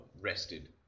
rested